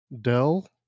Dell